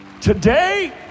Today